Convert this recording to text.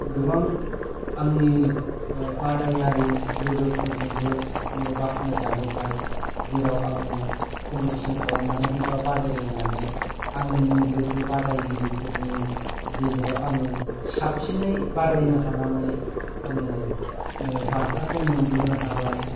गोबां आंनि बादायारि लोगोफोरजोंबो आङो बाख्नायजाबोबाय जेराव आङो कम्फेथिसन खालामनानै एबा बादायलायनानै आंनिनो लोगो बादायगिरिफोरनि गेजेराव आङो साबसिनै बादायनो हानानै आङो बान्थाखौ मोनबोनो हाबाय